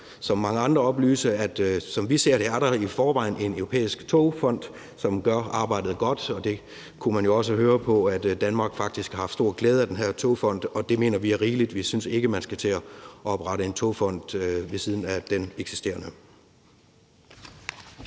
som mange andre oplyse, at som vi ser det, er der i forvejen en europæisk togfond, som gør arbejdet godt. Det kunne man jo også høre af, at Danmark faktisk har haft stor glæde af den her togfond, og det mener vi er rigeligt. Vi synes ikke, man skal til at oprette en togfond ved siden af den eksisterende.